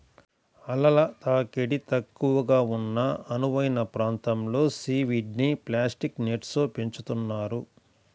అలల తాకిడి తక్కువగా ఉన్న అనువైన ప్రాంతంలో సీవీడ్ని ప్లాస్టిక్ నెట్స్లో పెంచుతున్నారు